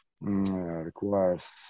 requires